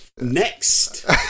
Next